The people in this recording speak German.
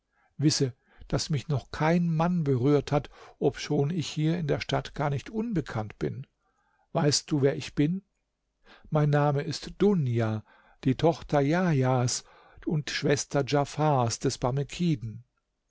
wisse daß mich noch kein mann berührt hat obschon ich hier in der stadt gar nicht unbekannt bin weißt du wer ich bin mein name ist dunja die tochter jahjas und schwester djafars des